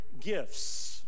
gifts